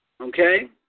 okay